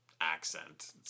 accent